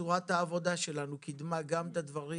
שצורת העבודה שלנו קידמה גם את הדברים